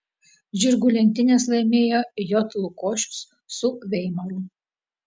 žirgų lenktynes laimėjo j lukošius su veimaru